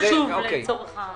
נאמר פה משהו חמור.